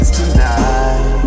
tonight